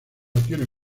tiene